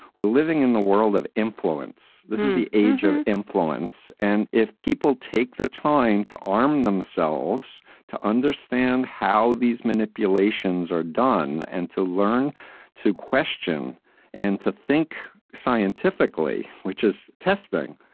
we're living in the world of influence. this is the age of influence. and if people take the time to arming themselves to understand how these manipulations are done and to learn to question and to think scientifically, which is testing,